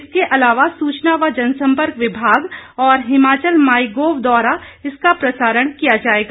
इसके अलावा सूचना व जनसंपर्क विभाग और हिमाचल माई गोव द्वारा इसका प्रसारण किया जाएगा